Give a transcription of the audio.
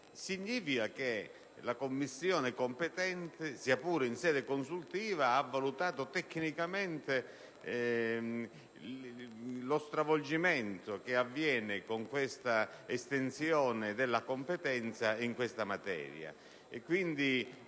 significa che la Commissione competente, sia pure in sede consultiva, ha valutato tecnicamente lo stravolgimento determinato dall'estensione della competenza in questa materia.